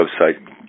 website